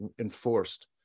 enforced